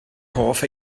hoff